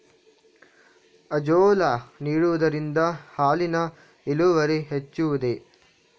Azolla ನೀಡುವುದರಿಂದ ಹಾಲಿನ ಇಳುವರಿ ಹೆಚ್ಚುವುದೇ?